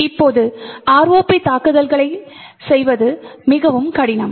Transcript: இப்போது ROP தாக்குதல்களைச் செய்வது மிகவும் கடினம்